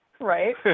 right